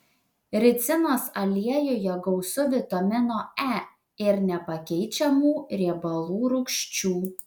ricinos aliejuje gausu vitamino e ir nepakeičiamų riebalų rūgščių